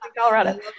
Colorado